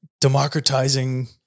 democratizing